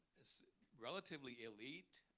relatively elite,